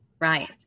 right